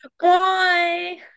Bye